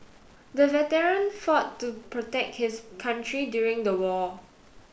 the veteran fought to protect his country during the war